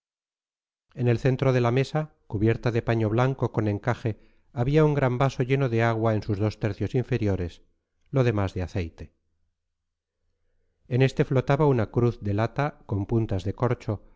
en el centro de la mesa cubierta de blanco paño con encaje había un gran vaso lleno de agua en sus dos tercios inferiores lo demás de aceite en este flotaba una cruz de lata con puntas de corcho